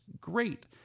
great